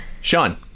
Sean